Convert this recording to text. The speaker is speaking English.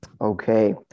Okay